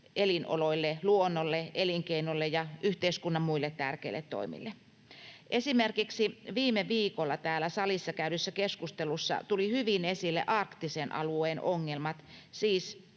elinoloille, luonnolle, elinkeinolle ja yhteiskunnan muille tärkeille toimille. Esimerkiksi viime viikolla täällä salissa käydyssä keskustelussa tuli hyvin esille arktisen alueen ongelmat, siis